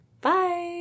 bye